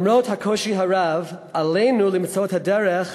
למרות הקושי הרב עלינו למצוא את הדרך